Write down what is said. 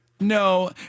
No